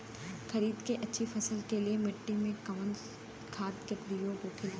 खरीद के अच्छी फसल के लिए मिट्टी में कवन खाद के प्रयोग होखेला?